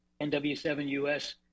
NW7US